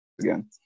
again